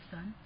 Son